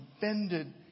bended